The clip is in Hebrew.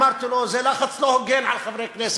אמרתי לו: זה לחץ לא הוגן על חברי כנסת,